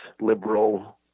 liberal